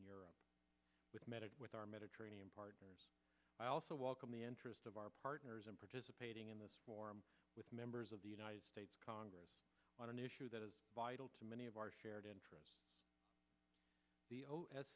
europe with with our mediterranean partners i also welcome the interest of our partners in participating in this forum with members of the united states congress on an issue that is vital to many of our shared interests